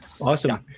awesome